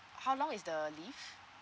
how long is the leave